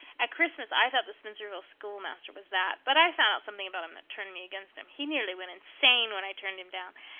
at christmas i thought the spencervale schoolmaster was that. but i found out something about him that turned me against him. he nearly went insane when i turned him down.